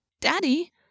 Daddy